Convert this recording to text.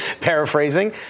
paraphrasing